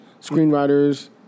screenwriters